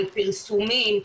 על פרסומים,